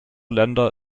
länder